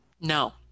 No